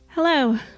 Hello